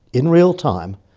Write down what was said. in real time,